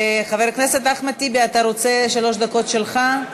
חבר הכנסת אחמד טיבי, אתה רוצה את שלוש הדקות שלך?